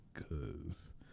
Cause